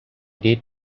did